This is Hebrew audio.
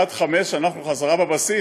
עד 17:00 אנחנו חזרה בבסיס,